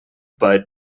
but